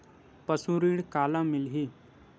पशु ऋण काला मिलही?